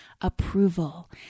approval